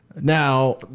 Now